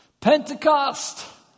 Pentecost